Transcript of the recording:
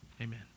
Amen